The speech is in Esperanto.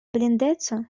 blindeco